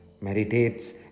meditates